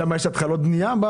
שם יש התחלות בנייה?